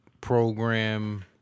program